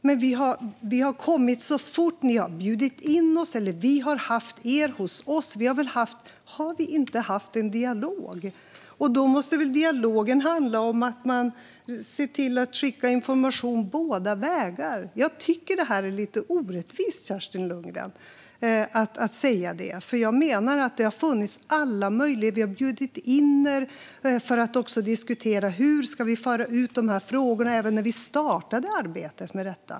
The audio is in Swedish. Men vi har kommit så fort ni har bjudit in oss, eller så har vi haft er hos oss. Har vi inte haft en dialog? Dialogen måste väl handla om att skicka information åt båda håll. Jag tycker att det är lite orättvist att säga så, Kerstin Lundgren, för jag menar att det har funnits alla möjligheter. Vi bjöd in er för att diskutera hur vi skulle föra ut dessa frågor redan när vi startade arbetet med detta.